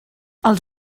els